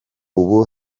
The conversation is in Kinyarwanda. ubu